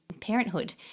parenthood